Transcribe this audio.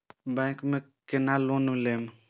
Bank में केना loan लेम?